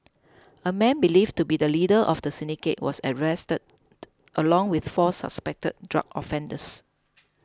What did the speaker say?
a man believed to be the leader of the syndicate was arrested along with four suspected drug offenders